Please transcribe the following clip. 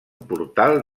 portal